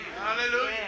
Hallelujah